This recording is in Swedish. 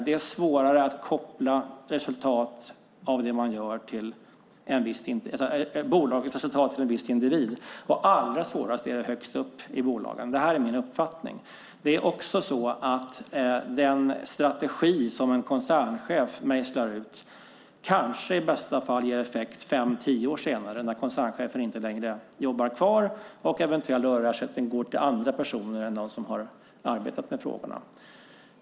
Det är svårare att koppla bolagets resultat till en viss individ. Allra svårast är det högst upp i bolagen. Detta är min uppfattning. Det är också så att den strategi som en koncernchef mejslar ut kanske i bästa fall ger effekt fem-tio år senare när koncernchefen inte längre jobbar kvar, och eventuell rörlig ersättning går till andra personer än de som har arbetat med frågorna.